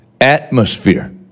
Atmosphere